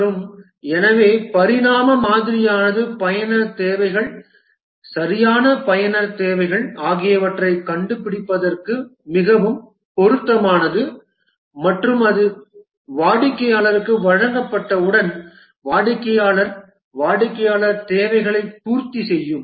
மற்றும் எனவே பரிணாம மாதிரியானது பயனர் தேவைகள் சரியான பயனர் தேவைகள் ஆகியவற்றைக் கண்டுபிடிப்பதற்கு மிகவும் பொருத்தமானது மற்றும் அது வாடிக்கையாளருக்கு வழங்கப்பட்டவுடன் வாடிக்கையாளர் வாடிக்கையாளர் தேவைகளைப் பூர்த்தி செய்யும்